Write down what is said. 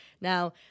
Now